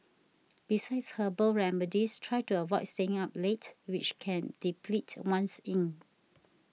besides herbal remedies try to avoid staying up late which can deplete one's yin